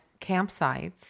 campsites